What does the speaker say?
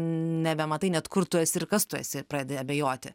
nebematai net kur tu esi ir kas tu esi pradedi abejoti